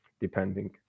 depending